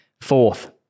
Fourth